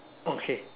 okay